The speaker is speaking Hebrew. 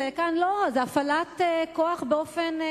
כאן זו הפעלת כוח באופן,